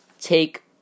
take